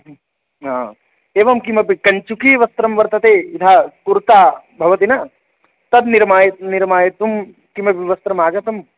हा एवं किमपि कञ्चुकीवस्त्रं वर्तते यथा कुर्ता भवति न तद्निर्माय निर्मायितुं किमपि वस्त्रमागतं